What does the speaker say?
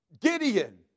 Gideon